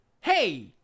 hey